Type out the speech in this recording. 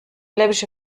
läppische